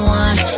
one